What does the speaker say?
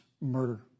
murder